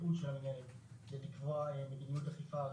הייעוד של המינהלת הוא לקבוע מדיניות אכיפה ארצית,